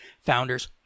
founders